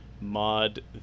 mod